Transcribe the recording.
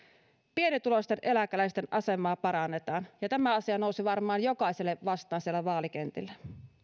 pienituloisten eläkeläisten asemaa parannetaan ja tämä asia nousi varmaan jokaiselle vastaan siellä vaalikentillä